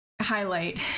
highlight